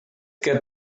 get